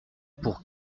pour